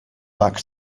back